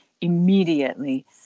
immediately